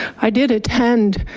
i did attend